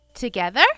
Together